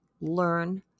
learn